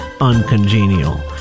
uncongenial